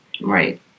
Right